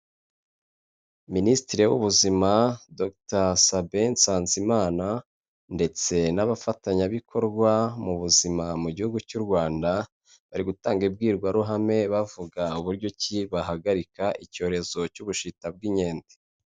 Minisitiri w'ubuzima, Dr Sabin Nsanzimana ndetse n'abafatanyabikorwa mu buzima mu gihugu cy'u Rwanda, bari gutanga imbwirwaruhame, bavuga uburyo ki bahagarika icyorezo cy'ubushita bw'inkende.